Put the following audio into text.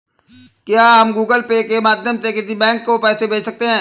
क्या हम Google Pay के माध्यम से किसी बैंक को पैसे भेज सकते हैं?